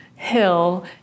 hill